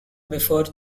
before